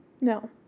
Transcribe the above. No